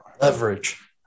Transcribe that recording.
Leverage